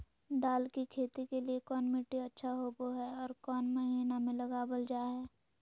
दाल की खेती के लिए कौन मिट्टी अच्छा होबो हाय और कौन महीना में लगाबल जा हाय?